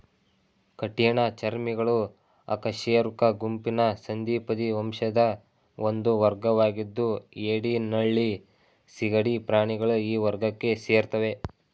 ಕಠಿಣ ಚರ್ಮಿಗಳು ಅಕಶೇರುಕ ಗುಂಪಿನ ಸಂಧಿಪದಿ ವಂಶದ ಒಂದು ವರ್ಗವಾಗಿದ್ದು ಏಡಿ ನಳ್ಳಿ ಸೀಗಡಿ ಪ್ರಾಣಿಗಳು ಈ ವರ್ಗಕ್ಕೆ ಸೇರ್ತವೆ